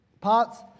parts